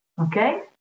Okay